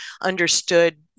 understood